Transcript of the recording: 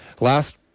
last